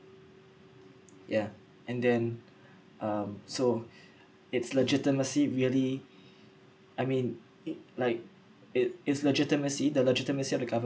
yeah and then um so its legitimacy really I mean it like it is legitimacy the legitimacy of the government